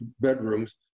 bedrooms